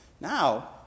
now